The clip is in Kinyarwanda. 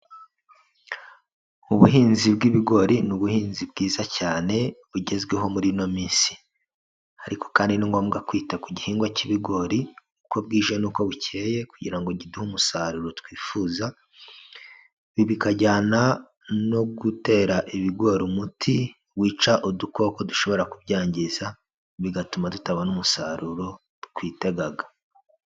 Ubuhinzi bw'ibigori ni ubuhinzi bwiza cyane, bugezweho muri ino minsi. Ariko kandi ni ngombwa kwita ku gihingwa cy'ibigori uko bwije n'uko bucye, kugira ngo kiduhe umusaruro twifuza, ibi bikajyana no gutera ibigori umuti wica udukoko dushobora kubyangiza, bigatuma tutabona umusaruro twitegaga.